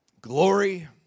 glory